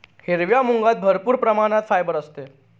हिरव्या मुगात भरपूर प्रमाणात फायबर असते